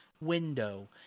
window